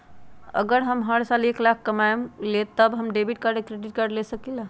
अगर हम हर साल एक लाख से कम कमावईले त का हम डेबिट कार्ड या क्रेडिट कार्ड ले सकीला?